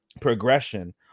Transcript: progression